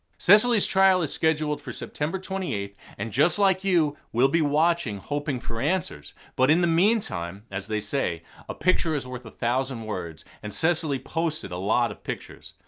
cecily's trial is scheduled for september twenty eighth and just like you will be watching, hoping for answers. but in the meantime, as they say a picture is worth a thousand words and cecily posted a lot of pictures.